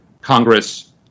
Congress